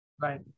Right